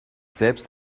selbst